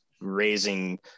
raising